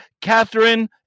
Catherine